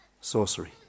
sorcery